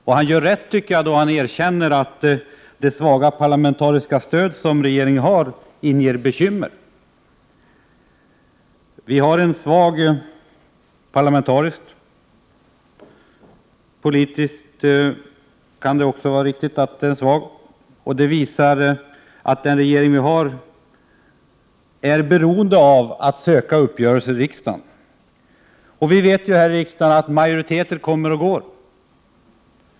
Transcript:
Jag tycker att finansministern gör rätt när han erkänner att det parlamentariskt svaga stöd som regeringen har inger bekymmer. Ja, vi har en parlamentariskt svag regering — kanske också politiskt. Därför är regeringen beroende av att söka nå uppgörelser i riksdagen. Men majoriteter kommer och går.